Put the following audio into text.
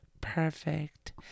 perfect